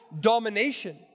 domination